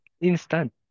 Instant